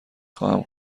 خواهم